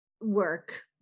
work